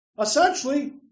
Essentially